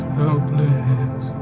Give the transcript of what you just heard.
helpless